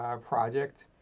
project